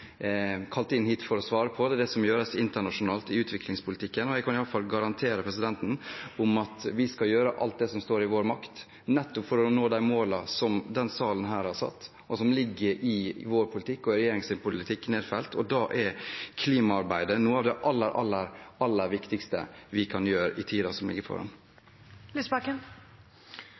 kalt inn hit for å svare på, er det som gjøres internasjonalt i utviklingspolitikken. Og jeg kan i alle fall garantere at vi skal gjøre alt som står i vår makt nettopp for å nå de målene som denne salen har satt, og som ligger nedfelt i vår politikk, i regjeringens politikk. Da er klimaarbeidet noe av det aller, aller viktigste vi kan gjøre i tiden som ligger foran oss. Audun Lysbakken